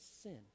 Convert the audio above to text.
sin